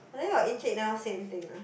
and then your encik never say anything ah